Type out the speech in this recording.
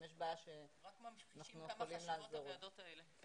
רק תראה כמה חשובות הוועדות האלה.